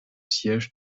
sièges